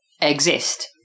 exist